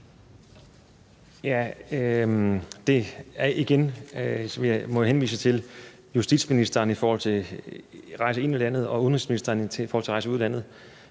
Heunicke): Igen må jeg henvise til justitsministeren i forhold til det at rejse ind i landet og til udenrigsministeren i forhold til at rejse ud af landet.